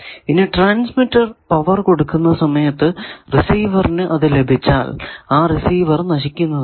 ഇനി transmitter power കൊടുക്കുന്ന സമയത്തു റിസീവറിനു അത് ലഭിച്ചാൽ ആ റിസീവർ നശിക്കുന്നതാണ്